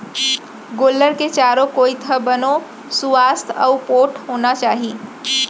गोल्लर के चारों कोइत ह बने सुवास्थ अउ पोठ होना चाही